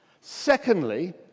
Secondly